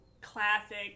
classic